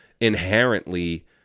inherently